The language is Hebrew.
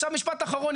עכשיו משפט אחרון.